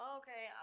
okay